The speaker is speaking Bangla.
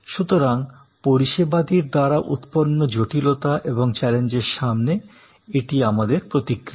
সুতরাং পরিষেবাদির দ্বারা উৎপন্ন জটিলতা এবং চ্যালেঞ্জের সামনে এটি আমাদের প্রতিক্রিয়া